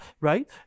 right